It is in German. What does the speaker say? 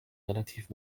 relativ